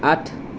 আঠ